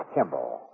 Kimball